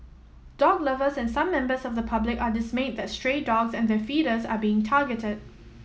dog lovers and some members of the public are dismayed that stray dogs and their feeders are being targeted